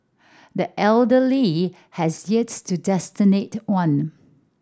the elder Lee has yet to one